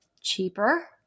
cheaper